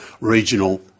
regional